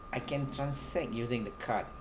I can transact using the card